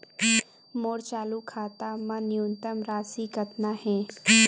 मोर चालू खाता मा न्यूनतम राशि कतना हे?